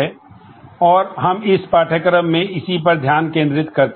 है और हम इस पाठ्यक्रम में इसी पर ध्यान केंद्रित करते हैं